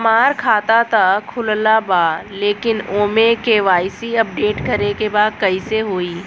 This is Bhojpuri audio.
हमार खाता ता खुलल बा लेकिन ओमे के.वाइ.सी अपडेट करे के बा कइसे होई?